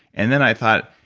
and then i thought,